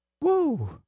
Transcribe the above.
Woo